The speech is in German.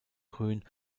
grün